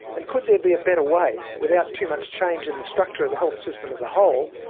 and could there be a better way without too much change in the structure of the health system as a whole,